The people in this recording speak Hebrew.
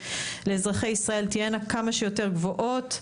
לאזרחי ישראל תהיינה כמה שיותר גבוהות,